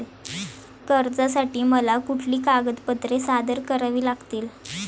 कर्जासाठी मला कुठली कागदपत्रे सादर करावी लागतील?